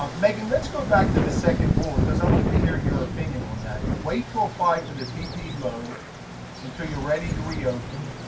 um megan, let's go back to the second bullet because i like to hear your opinion on that. wait to apply for the ppp loan until you're ready to reopen,